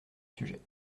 sujet